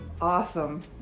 awesome